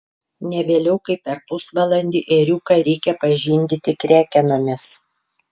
ne vėliau kaip per pusvalandį ėriuką reikia pažindyti krekenomis